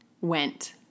went